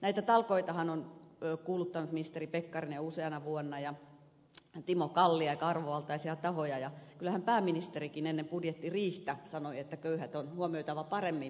näitä talkoitahan on kuuluttanut ministeri pekkarinen useana vuonna ja timo kalli aika arvovaltaisia tahoja ja kyllähän pääministerikin ennen budjettiriihtä sanoi että köyhät on huomioitava paremmin